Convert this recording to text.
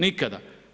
Nikada.